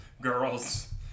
girls